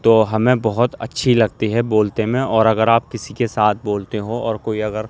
تو ہمیں بہت اچھی لگتی ہے بولتے میں اور اگر آپ کسی کے ساتھ بولتے ہو اور کوئی اگر